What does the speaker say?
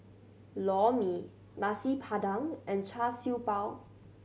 Lor Mee Nasi Padang and Char Siew Bao